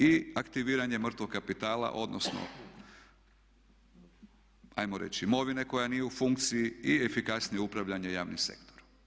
I aktiviranje mrtvog kapitala odnosno ajmo reći imovine koja nije u funkciji i efikasnije upravljanje javnim sektorom.